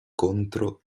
contro